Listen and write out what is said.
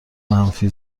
منفی